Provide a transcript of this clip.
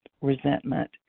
resentment